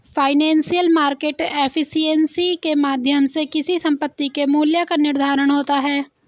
financial market efficiency के माध्यम से किसी संपत्ति के मूल्य का निर्धारण होता है